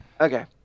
okay